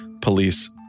police